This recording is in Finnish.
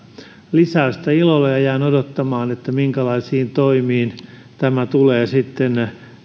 lisäystä ilolla ja jään odottamaan minkälaisiin toimiin tämä tulee sitten